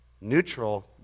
neutral